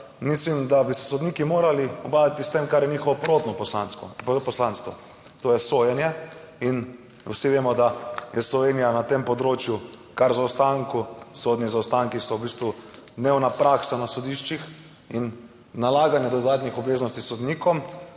Mislim, da bi se sodniki morali ubadati s tem, kar je njihovo prvotno poslanstvo, to je sojenje. Vsi vemo, da je Slovenija na tem področju kar v zaostanku. Sodni zaostanki so v bistvu dnevna praksa na sodiščih in nalaganje dodatnih obveznosti sodnikom